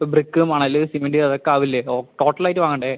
brick മണല് cement അത് ഒക്കെ ആവില്ലേ ഓ ടോട്ടൽ ആയിട്ട് വാങ്ങണ്ടേ